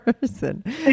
person